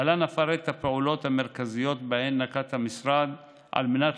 להלן אפרט את הפעולות המרכזיות שנקט המשרד על מנת